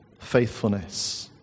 faithfulness